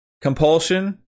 Compulsion